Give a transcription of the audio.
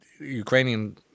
Ukrainian